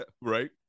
Right